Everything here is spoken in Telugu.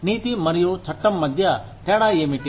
నీతి మరియు చట్టం మధ్య తేడా ఏమిటి